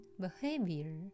behavior